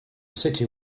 city